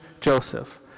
Joseph